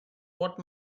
what